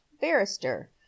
barrister